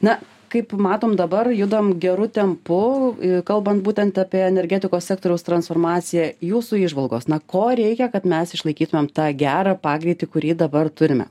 na kaip matom dabar judam geru tempu kalbant būtent apie energetikos sektoriaus transformaciją jūsų įžvalgos na ko reikia kad mes išlaikytumėm tą gerą pagreitį kurį dabar turime